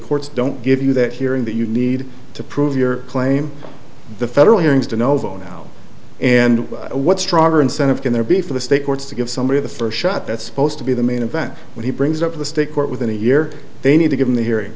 courts don't give you that hearing that you need to prove your claim the federal hearings to know now and what stronger incentive can there be for the state courts to give somebody the first shot that's supposed to be the main event when he brings up the state court within a year they need to give him the hearing